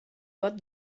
got